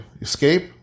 Escape